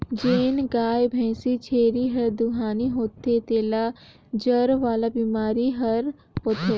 जेन गाय, भइसी, छेरी हर दुहानी होथे तेला जर वाला बेमारी हर होथे